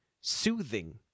soothing